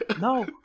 No